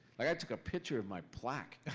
i took a picture of my plaque.